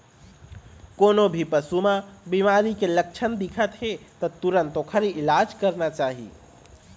कोनो भी पशु म बिमारी के लक्छन दिखत हे त तुरत ओखर इलाज करना चाही